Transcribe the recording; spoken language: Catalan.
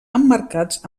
emmarcats